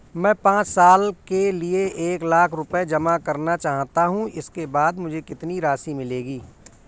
मैं पाँच साल के लिए एक लाख रूपए जमा करना चाहता हूँ इसके बाद मुझे कितनी राशि मिलेगी?